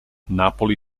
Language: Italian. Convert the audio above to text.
napoli